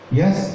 yes